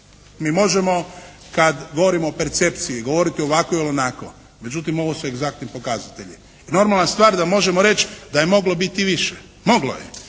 i možemo kad govorimo o percepciji govoriti ovako ili onako. Međutim ovo su egzaktni pokazatelji. I normalna stvar da možemo reći da je moglo biti više. Moglo je.